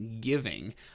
giving